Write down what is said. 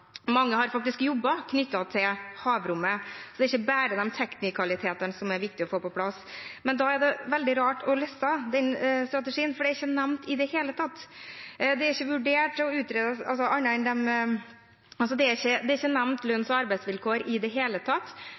Mange har faktisk jobber knyttet til havrommet, så det er ikke bare teknikalitetene det er viktig å få på plass. Men da er det veldig rart å lese denne strategien, for lønns- og arbeidsvilkår er ikke nevnt i det hele tatt, og hvordan man skal bygge opp under for å sikre lønns- og arbeidsvilkårene for ansatte på norsk sokkel bl.a. Hvorfor har ikke statsråden lagt inn føringer og